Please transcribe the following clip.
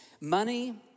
money